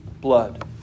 blood